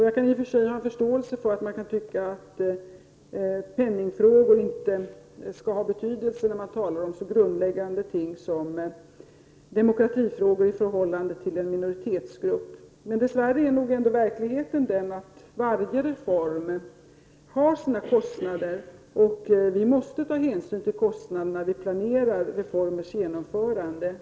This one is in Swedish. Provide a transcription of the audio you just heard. Jag kan i och för sig ha förståelse för att man kan tycka att penningfrågor inte skall ha betydelse när man talar om så grundläggande ting som demokrati för en minoritetsgrupp. Men dess värre är verkligheten ändå den att varje reform har sina kostnader, och vi måste ta hänsyn till kostnader när vi planerar reformers genomförande.